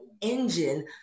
engine